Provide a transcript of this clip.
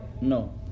No